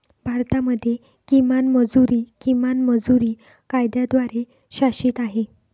भारतामध्ये किमान मजुरी, किमान मजुरी कायद्याद्वारे शासित आहे